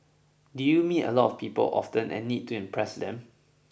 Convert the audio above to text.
do you meet a lot of people often and need to impress them